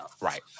Right